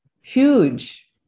huge